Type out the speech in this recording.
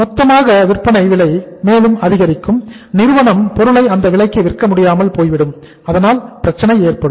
மொத்தமாக விற்பனை விலை மேலும் அதிகரிக்கும் நிறுவனம் பொருளை அந்த விலைக்கு விற்க முடியாமல் போய்விடும் அதனால் பிரச்சனை ஏற்படும்